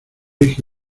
hija